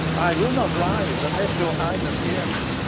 i will not rise unless your highness hear me.